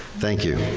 thank you.